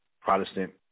Protestant